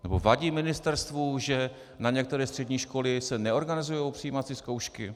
Nebo vadí ministerstvu, že na některé střední školy se neorganizují přijímací zkoušky?